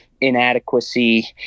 inadequacy